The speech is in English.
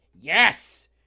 yes